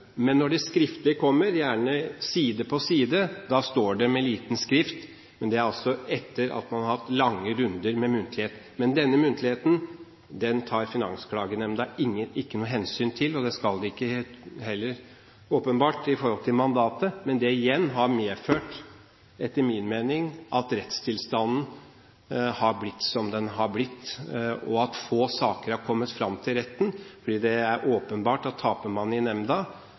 men når det skriftlige kommer, gjerne side på side, står det med liten skrift – men det er altså etter at man har hatt lange muntlige runder. Denne muntligheten tar Finansklagenemnda ikke noe hensyn til, og det skal de åpenbart heller ikke i henhold til mandatet. Det har etter min mening igjen medført at rettstilstanden har blitt som den har blitt, og at få saker har kommet fram til retten, for det er åpenbart at taper man i nemnda,